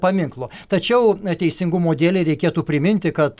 paminklo tačiau teisingumo dėlei reikėtų priminti kad